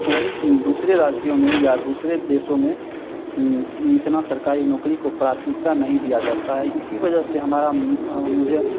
वहीं दूसरे राज्यों में या दूसरे देशों में इतना सरकारी नौकरी को प्राथमिकता नहीं दिया जाता है इसी वजह से हमारा मुझे